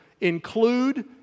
include